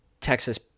Texas